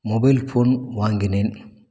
mobile phone வாங்கினேன்